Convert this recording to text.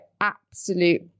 absolute